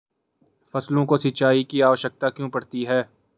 फसलों को सिंचाई की आवश्यकता क्यों पड़ती है?